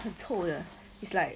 很臭的 is like